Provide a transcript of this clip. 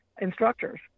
instructors